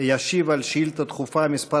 ישיב על שאילתה דחופה מס'